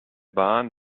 bahn